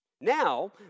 Now